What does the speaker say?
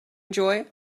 enjoy